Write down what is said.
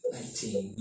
Nineteen